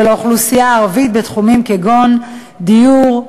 האוכלוסייה הערבית בתחומים כגון דיור,